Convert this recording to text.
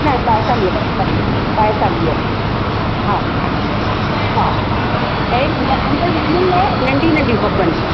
न ॿाएतालीह ॿाएतालीह हा हा ऐं अंदरि रुमनि लाइ नंढियूं नंढियूं खपनि